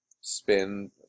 spin